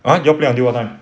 啊 you all play until what time